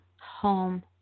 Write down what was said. home